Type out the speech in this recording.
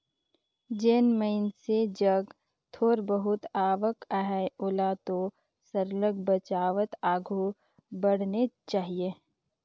जेन मइनसे जग थोर बहुत आवक अहे ओला तो सरलग बचावत आघु बढ़नेच चाही